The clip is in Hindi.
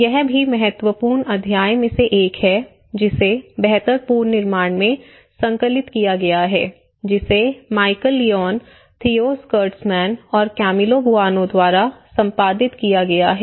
यह भी महत्वपूर्ण अध्याय में से एक है जिसे बेहतर पुनर्निर्माण में संकलित किया गया है जिसे माइकल लियोन थियो स्कर्स्टमैन और कैमिलो बूआनो द्वारा संपादित किया गया है